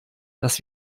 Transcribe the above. dass